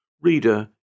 Reader